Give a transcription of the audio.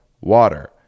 water